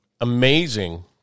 Amazing